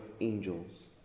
angels